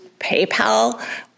PayPal